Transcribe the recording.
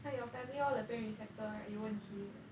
!wah! your family all the pain receptor 有问题